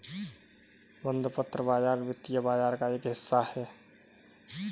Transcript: बंधपत्र बाज़ार वित्तीय बाज़ार का एक हिस्सा है